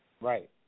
Right